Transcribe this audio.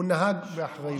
הוא נהג באחריות.